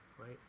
right